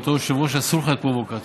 בתור יושב-ראש אסור לך להיות פרובוקטור.